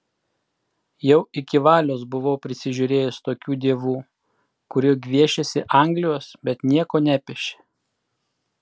jau iki valios buvau prisižiūrėjęs tokių dievų kurie gviešėsi anglijos bet nieko nepešė